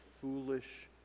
foolish